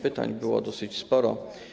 Pytań było dosyć sporo.